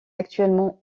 actuellement